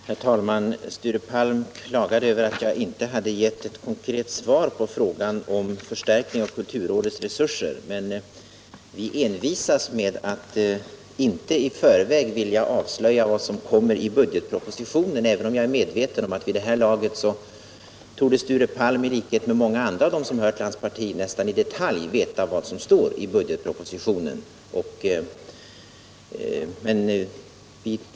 Herr talman! Sture Palm klagade över att jag inte gav något konkret svar på frågan om en förstärkning av kulturrådets resurser. Vi envisas med att inte i förväg vilja avslöja vad som kommer i budgetpropositionen —- även om jag är medveten om att Sture Palm, i likhet med många andra i hans parti, vid det här laget torde veta vad som står i budgetpropositionen nästan i detalj.